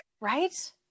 Right